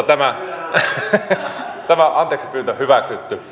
tämä anteeksipyyntö hyväksytty